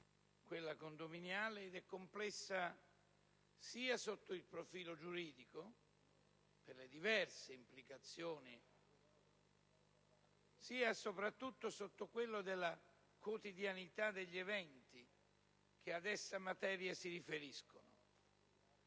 Quella condominiale è una materia complessa, sia sotto il profilo giuridico, per le sue diverse implicazioni, sia soprattutto sotto quello della quotidianità degli eventi che a questa materia si riferiscono.